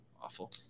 awful